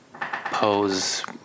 pose